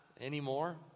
anymore